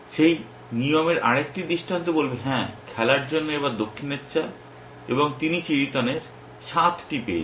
সেই নিয়মের আরেকটি দৃষ্টান্ত বলবে হ্যাঁ খেলার জন্য এবার দক্ষিণের চাল এবং তিনি চিড়িতনের 7 টি পেয়েছেন